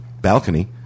balcony